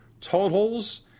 totals